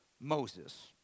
Moses